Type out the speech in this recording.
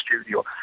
studio